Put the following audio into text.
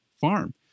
farm